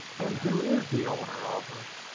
and who is the owner of her?